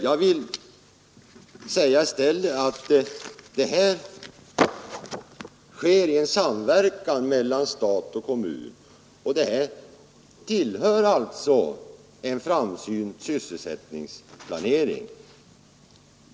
Jag vill i stället göra gällande att beredskapsarbeten bedrivs i samverkan mellan stat och kommun och alltså tillhör en framsynt sysselsättningsplanering.